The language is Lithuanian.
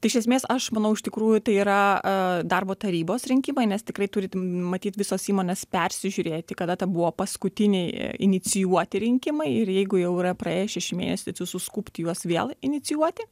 iš esmės aš manau iš tikrųjų tai yra darbo tarybos rinkimai nes tikrai turi matyt visos įmonės persižiūrėti kada ta buvo paskutiniai inicijuoti rinkimai ir jeigu jau yra praėję šeši mėnesiai tai suskubti juos vėl inicijuoti